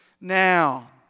Now